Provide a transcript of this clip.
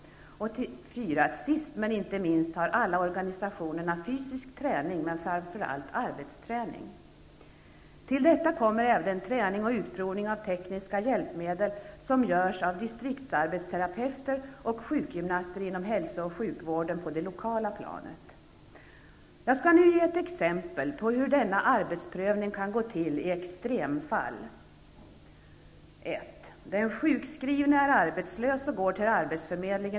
4. Sist men inte minst har alla organisationerna fysisk träning, men framför allt arbetsträning. Till detta kommer även den träning och utprovning av tekniska hjälpmedel som görs av distriktsarbetsterapeuter och sjukgymnaster inom hälsooch sjukvården på det lokala planet. Jag skall nu ge ett exempel på hur denna arbetsprövning kan gå till i extremfall: 2.